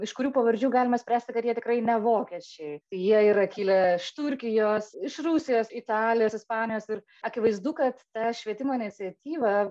iš kurių pavardžių galima spręsti kad jie tikrai ne vokiečiai jie yra kilę iš turkijos iš rusijos italijos ispanijos ir akivaizdu kad ta švietimo iniciatyva